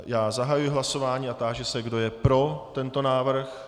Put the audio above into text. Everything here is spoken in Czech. Já zahajuji hlasování a táži se, kdo je pro tento návrh.